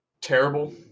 terrible